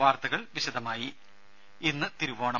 വാർത്തകൾ വിശദമായി ഇന്നു തിരുവോണം